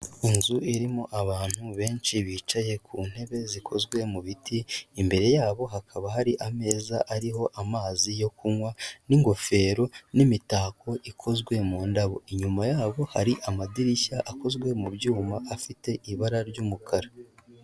Inzu irimo abantu benshi bicaye ku ntebe zikozwe mu biti, imbere yabo hakaba hari ameza ariho amazi yo kunywa n'ingofero n'imitako ikozwe mu ndabo. Inyuma yabo hari amadirishya akozwe mu byuma, afite ibara ry'umukara.